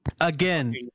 Again